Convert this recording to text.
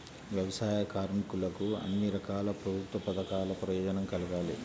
వ్యవసాయ కార్మికులకు అన్ని రకాల ప్రభుత్వ పథకాల ప్రయోజనం కలగాలి